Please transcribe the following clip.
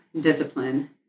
discipline